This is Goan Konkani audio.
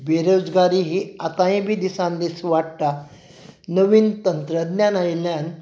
बेरोजगारी ही आतांय बी दिसान दीस वाडटा नवीन तंत्रज्ञान आयिल्ल्यान